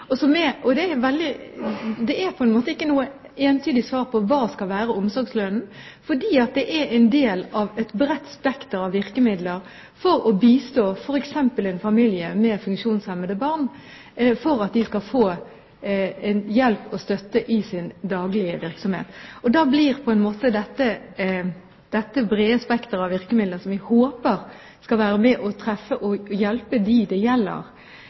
og det er ikke noe entydig svar på hva omsorgslønnen skal være. Den er en del av et bredt spekter av virkemidler for å bistå f.eks. familier med funksjonshemmede barn slik at de skal få hjelp og støtte til sitt daglige virke. Da blir dette brede spekteret av virkemidler, som vi håper skal treffe og hjelpe dem det gjelder,